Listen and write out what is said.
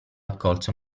accolse